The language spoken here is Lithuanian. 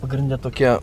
pagrinde tokie